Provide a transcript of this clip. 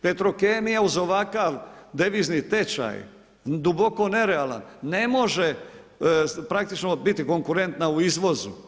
Petrokemija, uz ovakav devizni tečaj, duboko nerealan, ne može praktički biti konkurentna u izvozu.